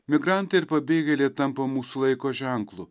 migrantai ir pabėgėliai tampa mūsų laiko ženklu